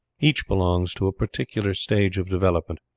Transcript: each belongs to a particular stage of development,